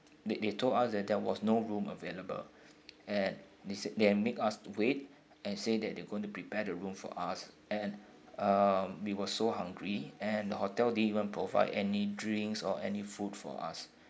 they they told us that there was no room available and they said they make us wait and say that they're going to prepare the room for us and uh we were so hungry and the hotel didn't even provide any drinks or any food for us